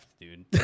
dude